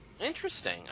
interesting